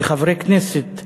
וחברי כנסת מדברים,